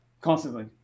constantly